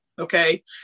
Okay